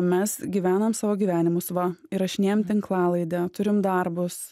mes gyvenam savo gyvenimus va įrašinėjam tinklalaidę turim darbus